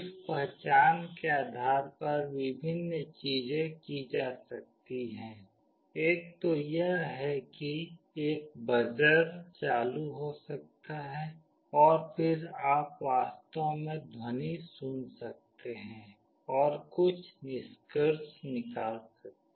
उस पहचान के आधार पर विभिन्न चीजें की जा सकती हैं एक तो यह है कि एक बजर चालू हो सकता है और फिर आप वास्तव में ध्वनि सुन सकते हैं और कुछ निष्कर्ष निकाल सकते हैं